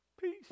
Peace